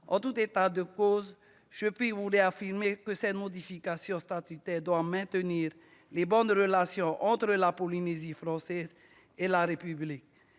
En tout état de cause, je puis vous réaffirmer que cette modification statutaire doit maintenir les bonnes relations entre la Polynésie française et la République.